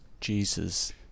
Jesus